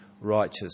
righteous